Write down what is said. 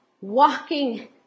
Walking